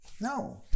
No